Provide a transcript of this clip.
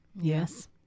yes